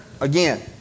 again